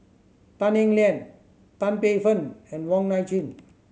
Tan Eng Liang Tan Paey Fern and Wong Nai Chin